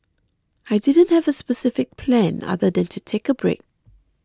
I didn't have a specific plan other than to take a break